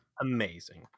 amazing